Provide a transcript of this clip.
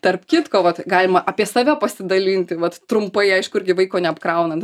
tarp kitko vat galima apie save pasidalinti vat trumpai aišku irgi vaiko neapkraunant